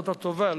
זאת הטובה,